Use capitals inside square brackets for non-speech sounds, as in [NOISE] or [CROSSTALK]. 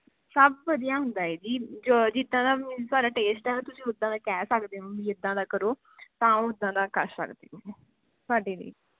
ਸਭ ਵਧੀਆ ਹੁੰਦਾ ਹੈ ਜੀ ਜੋ ਜਿੱਦਾਂ ਦਾ [UNINTELLIGIBLE] ਤੁਹਾਡਾ ਟੇਸਟ ਹੈ ਤੁਸੀਂ ਉੱਦਾਂ ਦਾ ਹੀ ਕਹਿ ਸਕਦੇ ਹੋ ਵੀ ਇੱਦਾਂ ਦਾ ਕਰੋ ਤਾਂ ਉਹ ਉੱਦਾਂ ਦਾ ਕਰ ਸਕਦੇ ਹੋ ਤੁਹਾਡੇ ਲਈ